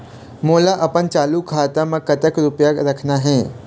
मोला अपन चालू खाता म कतक रूपया रखना हे?